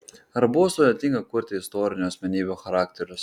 ar buvo sudėtinga kurti istorinių asmenybių charakterius